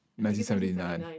1979